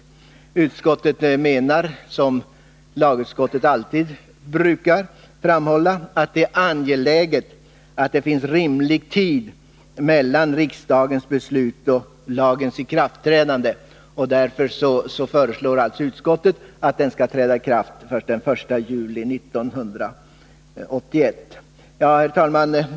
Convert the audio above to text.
Lagutskottet menar, i likhet med vad utskottet alltid brukar framhålla, att det är angeläget att det finns rimlig tid mellan riksdagens beslut och en lags ikraftträdande, och därför föreslår utskottet alltså att lagen skall träda i kraft först den 1 juli 1981. Herr talman!